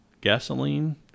gasoline